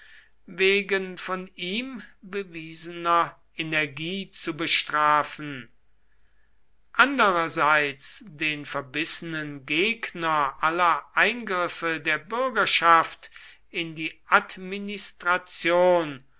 wegen von ihm bewiesener energie zu bestrafen andererseits den verbissenen gegner aller eingriffe der bürgerschaft in die administration